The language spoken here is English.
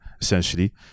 essentially